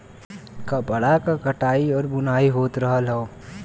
कपड़ा क कताई आउर बुनाई होत रहल हौ